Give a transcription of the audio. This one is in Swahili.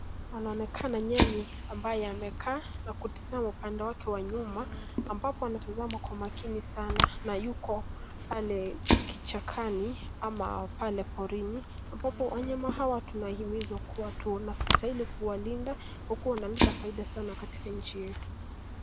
Anaonekana nyani ambaye amekaa na kutizima upande wake wa nyuma ambapo anatazama kwa makini sana na yuko pale kichakani ama pale porini ambapo wanyama hawa tunahimizwa kuwa tunastahili kuwalinda huku wanaleta faida sana katika nchi yetu.